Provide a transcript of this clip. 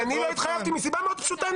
מסיבה מאוד פשוטה,